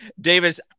Davis